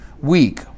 weak